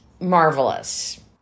marvelous